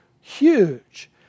huge